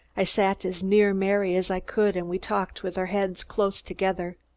i sat as near mary as i could and we talked with our heads close together.